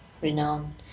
renowned